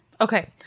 Okay